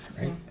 right